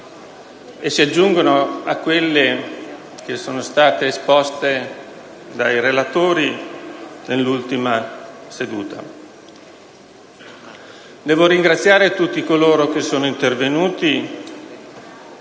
e si aggiungono a quelle che sono state esposte dai relatori nell’ultima seduta. Devo ringraziare tutti coloro che sono intervenuti